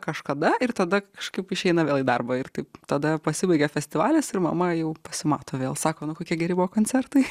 kažkada ir tada kažkaip išeina vėl į darbą ir taip tada pasibaigia festivalis ir mama jau pasimato vėl sako nu kokie geri buvo koncertai